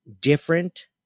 different